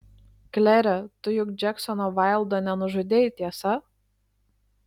klere tu juk džeksono vaildo nenužudei tiesa